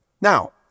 Now